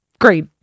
great